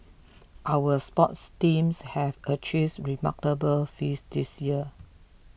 our sports teams have achieves remarkable feats this year